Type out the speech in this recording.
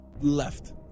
Left